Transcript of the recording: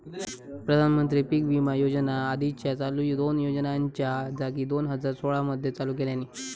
प्रधानमंत्री पीक विमा योजना आधीच्या चालू दोन योजनांच्या जागी दोन हजार सोळा मध्ये चालू केल्यानी